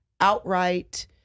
outright